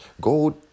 Gold